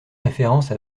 référence